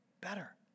better